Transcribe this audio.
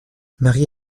marie